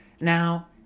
Now